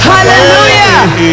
Hallelujah